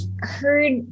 heard